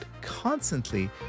constantly